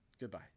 Goodbye